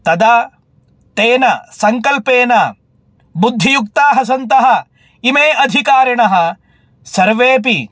तदा तेन सङ्कल्पेन बुद्धियुक्ताः सन्तः इमे अधिकारिणः सर्वेपि